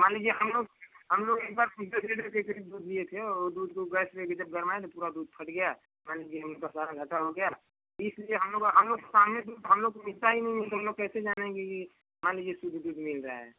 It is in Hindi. मान लीजिए हमलोग हमलोग एक बार से ऐसे ही दूध लिए थे और दूध को गैस पर भी जब गरमाए तो पूरा दूध फट गया मान लीजिए हमलोग का सारा घाटा हो गया तो इसलिए हमलोग हमलोग सामने दूध हमलोग को मिलता ही नहीं है तो हमलोग कैसे जानेंगे कि मान लीजिए कि शुद्ध दूध मिल रहा है